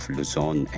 Luzon